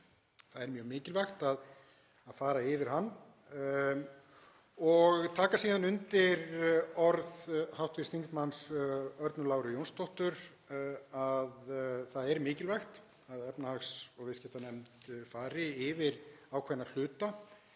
það er mjög mikilvægt að fara yfir hann, og taka síðan undir orð hv. þm. Örnu Láru Jónsdóttur að það er mikilvægt að efnahags- og viðskiptanefnd fari yfir ákveðna hluta.